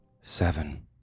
Seven